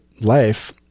life